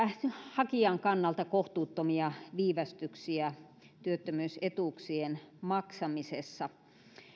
hakijan kannalta kohtuuttomia viivästyksiä työttömyysetuuksien maksamisessa